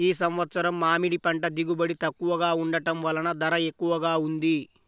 ఈ సంవత్సరం మామిడి పంట దిగుబడి తక్కువగా ఉండటం వలన ధర ఎక్కువగా ఉంది